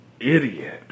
Idiot